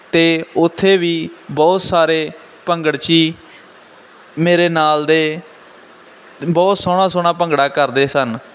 ਅਤੇ ਉੱਥੇ ਵੀ ਬਹੁਤ ਸਾਰੇ ਭੰਗੜਚੀ ਮੇਰੇ ਨਾਲ ਦੇ ਬਹੁਤ ਸੋਹਣਾ ਸੋਹਣਾ ਭੰਗੜਾ ਕਰਦੇ ਸਨ